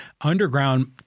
underground